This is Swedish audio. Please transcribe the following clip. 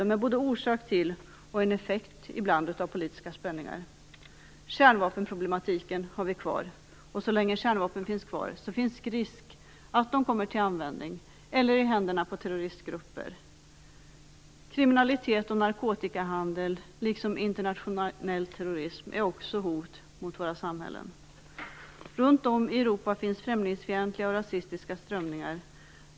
De är både en orsak till och ibland en effekt av politiska spänningar. Kärnvapenproblematiken har vi kvar. Så länge kärnvapen finns kvar finns risk att de kommer till användning eller i händerna på terroristgrupper. Kriminalitet och narkotikahandel, liksom internationell terrorism är också hot mot våra samhällen. Runt om i Europa finns främlingsfientliga och rasistiska strömningar.